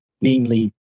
namely